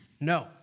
No